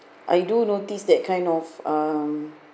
I do notice that kind of um